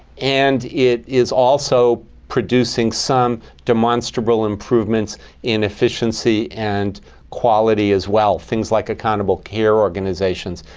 and it is also producing some demonstrable improvements in efficiency and quality, as well. things like accountable care organizations,